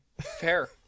Fair